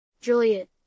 Juliet